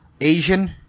Asian